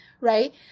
right